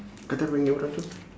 kau try panggil orang tu